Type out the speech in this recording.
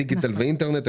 דיגיטל ואינטרנט,